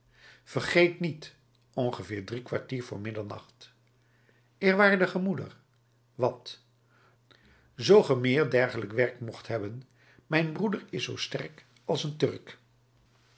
vergeet niet ongeveer drie kwartier vr middernacht eerwaardige moeder wat zoo ge meer dergelijk werk mocht hebben mijn broeder is zoo sterk als een turk